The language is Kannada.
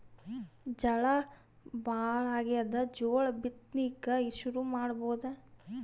ಝಳಾ ಭಾಳಾಗ್ಯಾದ, ಜೋಳ ಬಿತ್ತಣಿಕಿ ಶುರು ಮಾಡಬೋದ?